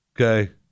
Okay